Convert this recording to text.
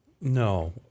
No